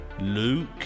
Luke